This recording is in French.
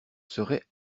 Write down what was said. serait